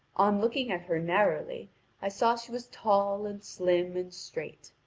on looking at her narrowly i saw she was tall and slim and straight.